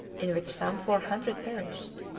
in which some four hundred perished.